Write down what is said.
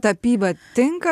tapyba tinka